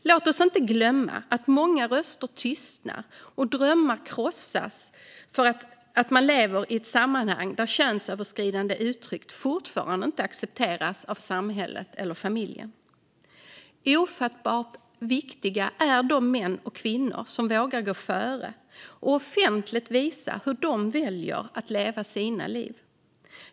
Låt oss inte glömma att många röster tystnar och drömmar krossas för att man lever i ett sammanhang där könsöverskridande uttryck fortfarande inte accepteras av samhället eller familjen. Ofattbart viktiga är de män och kvinnor som vågar gå före och offentligt visa hur de väljer att leva sina liv.